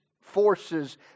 forces